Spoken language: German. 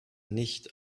nicht